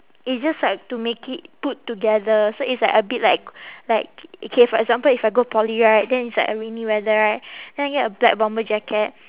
it's just like to make it put together so it's like a bit like like K for example if I go poly right then it's like a rainy weather right then I get a black bomber jacket